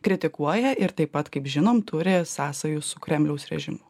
kritikuoja ir taip pat kaip žinom turi sąsajų su kremliaus režimu